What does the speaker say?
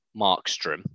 Markstrom